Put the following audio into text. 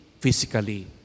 physically